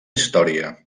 història